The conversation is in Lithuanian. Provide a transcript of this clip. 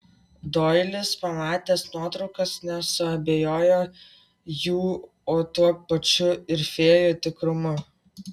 doilis pamatęs nuotraukas nesuabejojo jų o tuo pačiu ir fėjų tikrumu